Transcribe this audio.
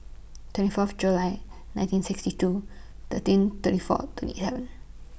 twenty Fourth July nineteen sixty two thirteen thirty four twenty seven